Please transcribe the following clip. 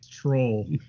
troll